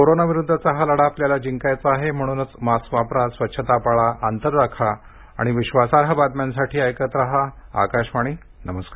कोरोनाविरुद्धचा हा लढा आपल्याला जिंकायचा आहे म्हणूनच मास्क वापरा स्वच्छता पाळा अंतर राखा आणि विधासार्ह बातम्यांसाठी ऐकत रहा आकाशवाणी नमस्कार